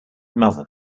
mother